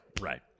right